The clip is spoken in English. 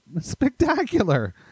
spectacular